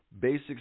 basic